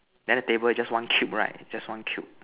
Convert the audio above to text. then the table just one cube right just one cube